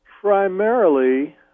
Primarily